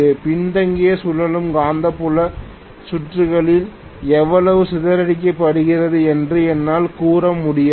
பின்தங்கிய சுழலும் காந்தப்புல சுற்றுகளில் எவ்வளவு சிதறடிக்கப்படுகிறது என்று என்னால் கூற முடியாது